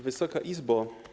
Wysoka Izbo!